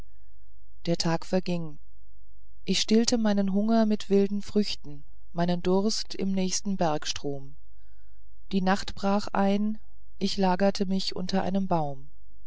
der tag verging ich stillte meinen hunger mit wilden früchten meinen durst im nächsten bergstrom die nacht brach ein ich lagerte mich unter einem baum